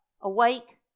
awake